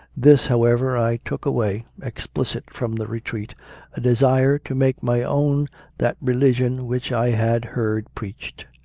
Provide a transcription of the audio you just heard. this, however, i took away, explicit, from the retreat a desire to make my own that religion which i had heard preached.